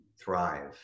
thrive